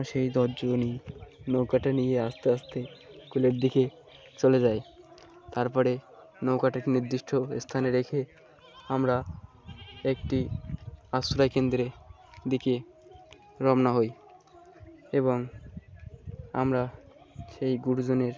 সেই দশজনই নৌকাটা নিয়ে আস্তে আস্তে কূলের দিকে চলে যাই তার পরে নৌকাটা একটা নির্দিষ্ট স্থানে রেখে আমরা একটি আশ্রয় কেন্দ্রে দিকে রওনা হই এবং আমরা সেই গুরুজনের